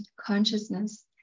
consciousness